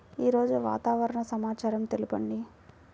ఈరోజు వాతావరణ సమాచారం తెలుపండి